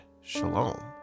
shalom